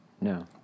No